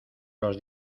los